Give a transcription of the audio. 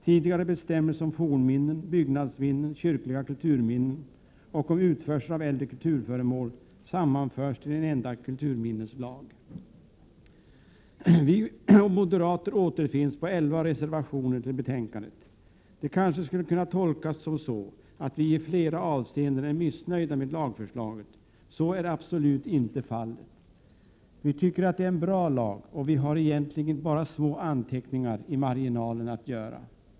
Tidigare bestämmelser om fornminnen, byggnadsminnen, kyrkliga kulturminnen och om utförsel av äldre kulturföremål sammanförs till en enda kulturminneslag. Vi moderater har varit med om att avge elva reservationer till betänkandet. Det kanske skulle kunna tolkas så att vi i flera avseenden är missnöjda med lagförslaget. Så är absolut inte fallet. Vi tycker att det är en bra lag, och vi har egentligen bara små anteckningar i marginalen att göra.